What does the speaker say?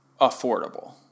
affordable